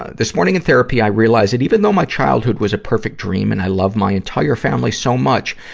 this morning in therapy, i realized that even though my childhood was a perfect dream and i love my entire family so much,